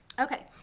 okay.